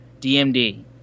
DMD